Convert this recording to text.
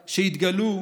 שהתגלו,